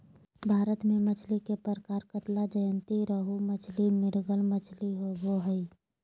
भारत में मछली के प्रकार कतला, ज्जयंती रोहू मछली, मृगल मछली होबो हइ